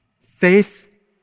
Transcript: Faith